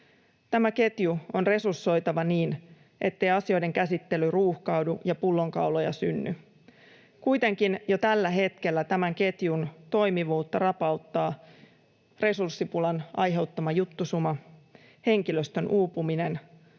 Tämä ketju on resursoitava niin, ettei asioiden käsittely ruuhkaudu ja pullonkauloja synny. Kuitenkin jo tällä hetkellä tämän ketjun toimivuutta rapauttaa resurssipulan aiheuttama juttusuma, henkilöstön uupuminen